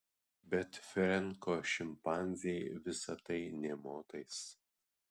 bet frenko šimpanzei visa tai nė motais